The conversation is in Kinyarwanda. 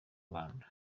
rwanda